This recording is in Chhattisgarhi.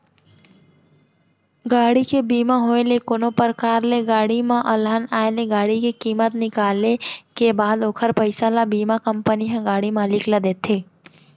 गाड़ी के बीमा होय ले कोनो परकार ले गाड़ी म अलहन आय ले गाड़ी के कीमत निकाले के बाद ओखर पइसा ल बीमा कंपनी ह गाड़ी मालिक ल देथे